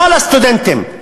לבוא לסטודנטים,